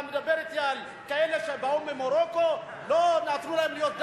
אתה מדבר אתי על כאלה שבאו ממרוקו ולא נתנו להם להיות דיינים.